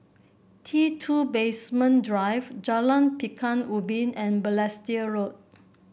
T two Basement Drive Jalan Pekan Ubin and Balestier Road